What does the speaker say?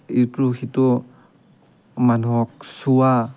ইটো সিটো মানুহক চোৱা